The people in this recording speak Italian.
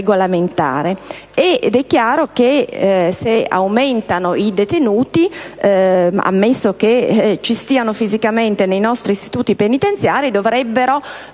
È chiaro che, se aumentano i detenuti, ammesso che ci stiano fisicamente nei nostri istituti penitenziari, dovrebbe